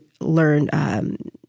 learn